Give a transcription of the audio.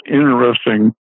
interesting